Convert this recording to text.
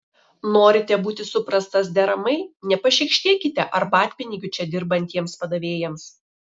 norite būti suprastas deramai nepašykštėkite arbatpinigių čia dirbantiems padavėjams